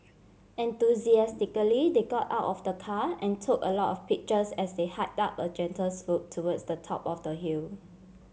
enthusiastically they got out of the car and took a lot of pictures as they hiked up a gentle slope towards the top of the hill